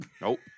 Nope